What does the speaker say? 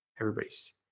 everybody's